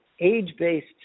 age-based